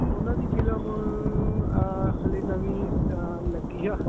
ਉਨ੍ਹਾਂ ਦੀ ਫ਼ਿਲਮ ਹਜੇ ਨਵੀਂ ਲੱਗੀ ਆ